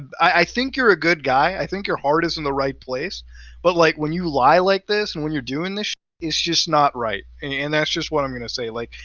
i think you're a good guy, i think your heart is in the right place but, like, when you lie like this and when you're doing this sh-t, it's just not right and that's just what i'm gonna say, like,